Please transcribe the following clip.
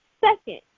Second